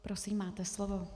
Prosím, máte slovo.